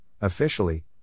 officially